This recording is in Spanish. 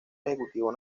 ejecutivo